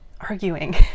arguing